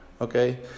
okay